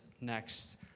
next